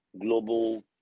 global